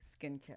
skincare